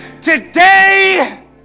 Today